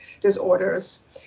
disorders